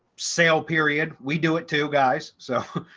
sale period, we do it too guys, so,